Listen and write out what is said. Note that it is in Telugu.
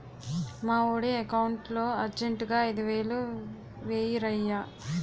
మావోడి ఎకౌంటులో అర్జెంటుగా ఐదువేలు వేయిరయ్య